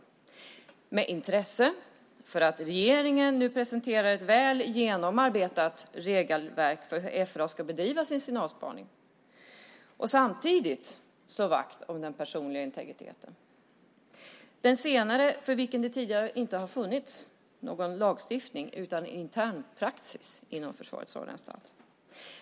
Jag har med intresse följt detta därför att regeringen nu presenterar ett väl genomarbetat regelverk för hur FRA ska bedriva sin signalspaning och samtidigt slå vakt om den personliga integriteten. För den senare har det tidigare inte funnits någon lagstiftning utan bara en intern praxis inom Försvarets radioanstalt.